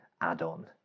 add-on